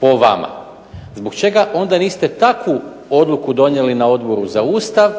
po vama. Zbog čega onda niste takvu odluku donijeli na Odboru za Ustav